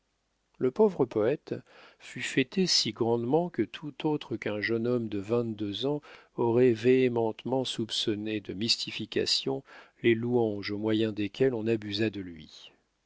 le pauvre poète fut fêté si grandement que tout autre qu'un jeune homme de vingt-deux ans aurait véhémentement soupçonné de mystification les louanges au moyen desquelles on abusa de lui